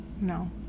No